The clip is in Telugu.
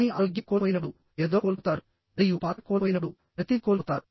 కానీ ఆరోగ్యం కోల్పోయినప్పుడు ఏదో కోల్పోతారు మరియు పాత్ర కోల్పోయినప్పుడు ప్రతిదీ కోల్పోతారు